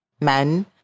men